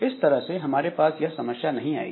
इस तरह से हमारे पास यह समस्या नहीं आएगी